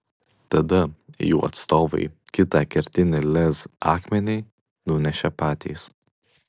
tada jų atstovai kitą kertinį lez akmenį nunešė patys